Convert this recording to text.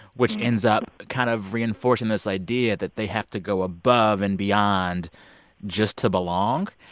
which ends up kind of reinforcing this idea that they have to go above and beyond just to belong.